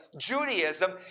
Judaism